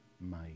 made